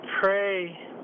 pray